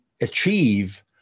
achieve